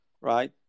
right